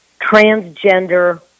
transgender